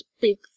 big